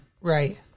right